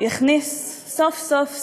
יכניס סוף-סוף סדר,